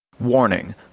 Warning